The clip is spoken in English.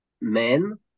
men